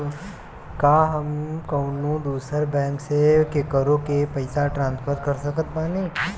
का हम कउनों दूसर बैंक से केकरों के पइसा ट्रांसफर कर सकत बानी?